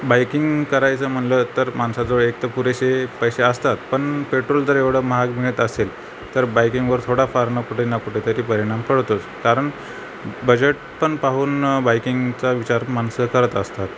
biking करायचं म्हटलं तर माणसाजवळ एकतर पुरेसे पैसे असतात पण पेट्रोल जर एवढं महाग मिळत असेल तर बायकिंगवर थोडा फार न कुठे ना कुठेतरी परिणाम पडतोच कारण बजेटपण पाहून बायकिंगचा विचार माणसं करत असतात